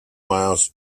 miles